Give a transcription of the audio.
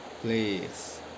Please